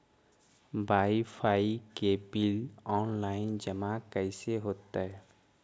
Wifi के bill online जमा कैसे होतै?